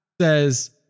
says